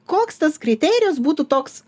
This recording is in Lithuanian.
koks tas kriterijus būtų toks